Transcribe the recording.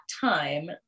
time